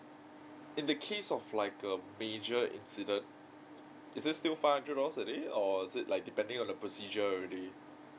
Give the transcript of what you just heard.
in the case of like um major incident is it still five hundred dollars a day or is it like depending on the procedure already